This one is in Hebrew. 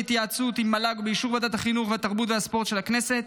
בהתייעצות עם המל"ג ובאישור ועדת החינוך התרבות והספורט של הכנסת,